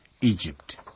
Egypt